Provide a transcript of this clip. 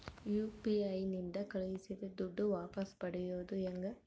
UPI ನಿಂದ ಕಳುಹಿಸಿದ ದುಡ್ಡು ವಾಪಸ್ ಪಡೆಯೋದು ಹೆಂಗ?